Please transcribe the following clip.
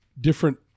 different